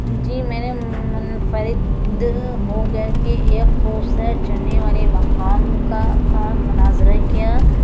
جی میں نے منفرد ہو کر کے ایک خوبصورت چڑھنے والے مقام کا مناظرہ کیا